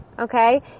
Okay